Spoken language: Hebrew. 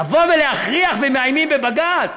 לבוא ולהכריח, ומאיימים בבג"ץ,